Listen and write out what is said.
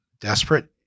desperate